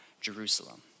Jerusalem